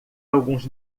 alguns